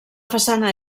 façana